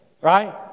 right